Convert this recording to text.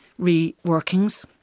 reworkings